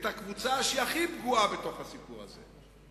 את הקבוצה שהיא הכי פגועה בתוך הסיפור הזה.